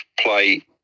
play